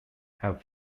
have